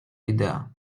idea